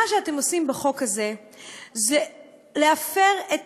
מה שאתם עושים בחוק הזה זה להפר את